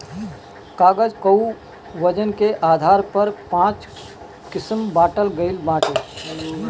कागज कअ वजन के आधार पर पाँच किसिम बांटल गइल बाटे